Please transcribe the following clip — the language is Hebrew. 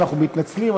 אנחנו מתנצלים,